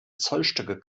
zollstöcke